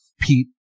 Pete